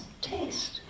taste